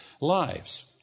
lives